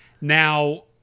Now